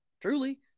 truly